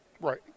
Right